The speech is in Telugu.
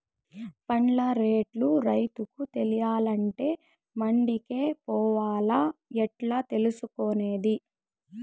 పంట రేట్లు రైతుకు తెలియాలంటే మండి కే పోవాలా? ఎట్లా తెలుసుకొనేది?